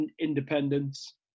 independence